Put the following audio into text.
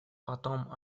потом